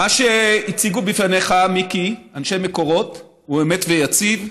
מיקי, מה שהציגו לפניך אנשי מקורות הוא אמת ויציב.